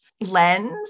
lens